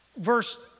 Verse